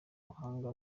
mahanga